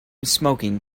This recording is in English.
smoking